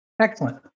excellent